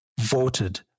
voted